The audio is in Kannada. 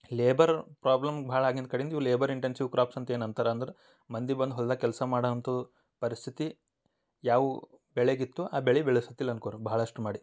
ಲೇಬರು ಪ್ರಾಬ್ಲಮ್ ಭಾಳ ಆಗಿಂದ್ ಕಡೆಂದ ಇವು ಲೇಬರ್ ಇಂಟೆನ್ಸಿವ್ ಕ್ರಾಪ್ಸ್ ಅಂತ ಏನಂತಾರೆ ಅಂದ್ರೆ ಮಂದಿ ಬಂದು ಹೊಲ್ದಾಗೆ ಕೆಲಸ ಮಾಡೋ ಅಂಥ ಪರಿಸ್ಥಿತಿ ಯಾವ ಬೆಳೆಗಿತ್ತು ಆ ಬೆಳೆ ಬೆಳಸುತ್ತಿಲ್ಲ ಅನ್ಕೊಳಿ ಬಹಳಷ್ಟು ಮಾಡಿ